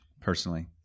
personally